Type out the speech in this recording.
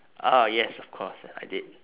oh yes of course ah I did